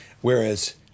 Whereas